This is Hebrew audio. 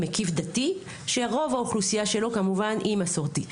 מקיף דתי, שרוב האוכלוסיה שלו כמובן היא מסורתית.